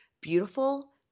beautiful